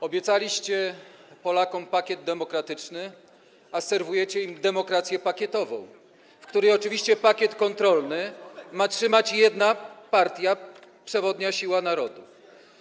Obiecaliście Polakom pakiet demokratyczny, a serwujecie im demokrację pakietową, w której oczywiście pakiet kontrolny ma trzymać jedna partia, przewodnia siła narodu.